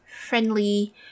friendly